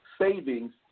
savings